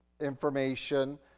information